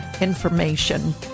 information